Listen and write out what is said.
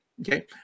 okay